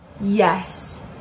Yes